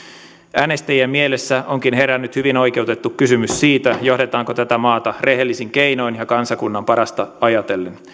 äänestäjien mielessä onkin herännyt hyvin oikeutettu kysymys johdetaanko tätä maata rehellisin keinoin ja kansakunnan parasta ajatellen